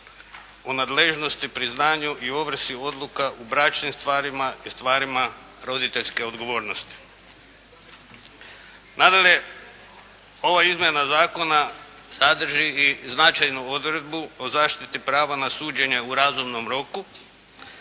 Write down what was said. u nadležnosti priznanju i ovrsi odluka u bračnim starima i stvarima roditeljske odgovornosti. Nadalje, ova izmjena zakona sadrži i značajnu odredbu o zaštiti prava na suđenje u razvodnom roku,